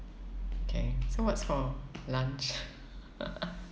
K so what's for lunch